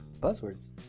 Buzzwords